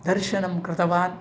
दर्शनं कृतवान्